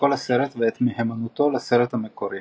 פסקול הסרט ואת מהימנותו לסרט המקורי.